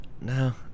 no